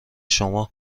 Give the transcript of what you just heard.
شما